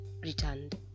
returned